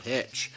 Pitch